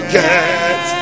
get